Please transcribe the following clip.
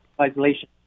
isolation